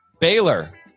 Baylor